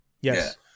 Yes